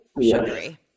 sugary